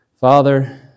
Father